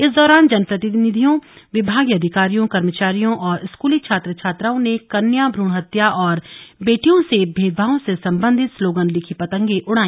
इस दौरान जनप्रतिनिधियों विभागीय अधिकारियों कर्मचारियों और स्कूली छात्र छात्राओं ने कन्या भ्रूण हत्या और बेटियों से भेदभाव से संबिधत स्लोगन लिखी पतंगें उड़ाई